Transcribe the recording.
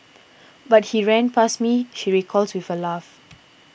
but he ran past me she recalls with a laugh